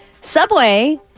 Subway